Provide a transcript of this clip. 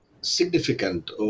significant